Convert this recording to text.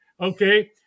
okay